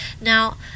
now